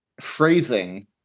phrasing